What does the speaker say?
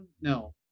no